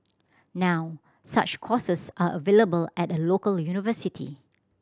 now such courses are available at a local university